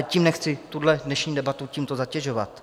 Tím nechci tuhle dnešní debatu tímto zatěžovat.